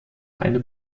eine